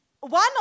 one